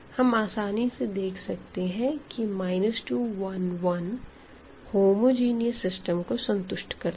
हम आसानी से देख सकते हैं कि 2 1 1 होमोजेनियस सिस्टम को संतुष्ट करता है